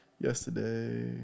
Yesterday